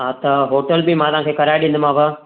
हा त हॉटल बि मां तव्हांखे कराए ॾींदोमांव